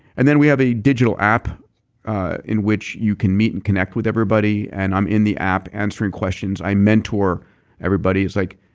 and then we have a digital app in which you can meet and connect with everybody and i'm in the app answering questions. i mentor everybody. it's like,